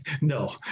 no